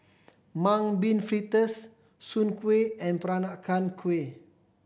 Mung Bean Fritters Soon Kuih and Peranakan Kueh